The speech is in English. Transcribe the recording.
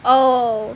哦